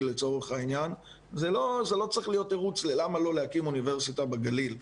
לא צריך להיות תירוץ למה לא להקים אוניברסיטה בגליל.